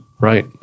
Right